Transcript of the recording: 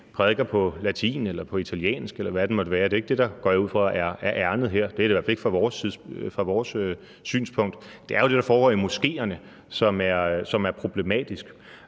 prædiker på latin eller italiensk, eller hvad det måtte være. Jeg går ikke ud fra, at det er det, der er ærindet her. Det er det i hvert fald ikke set ud fra vores synspunkt. Det er jo det, der foregår i moskeerne, som er problematisk.